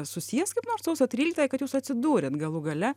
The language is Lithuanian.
susijęs kaip nors sausio tryliktąją kad jūs atsidūrėt galų gale